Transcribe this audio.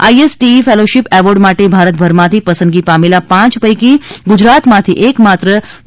ISTE fellowship award માટે ભારતભરમાંથી સંદગી ામેલા ાંચ ૈ કી ગુજરાતમાંથી એકમાત્ર ડો